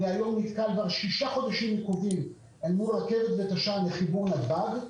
אני נתקל היום בששה חודשים עיכובים מול רכבת ותש"ן לכיוון נתב"ג,